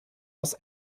aus